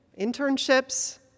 internships